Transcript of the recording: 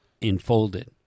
enfolded